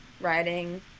riding